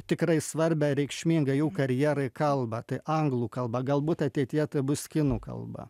tikrai svarbią ir reikšmingą jų karjerai kalbą tai anglų kalba galbūt ateityje tai bus kinų kalba